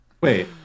Wait